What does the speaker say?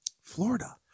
Florida